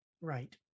Right